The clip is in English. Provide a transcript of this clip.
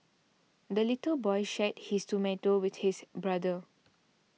the little boy shared his tomato with his brother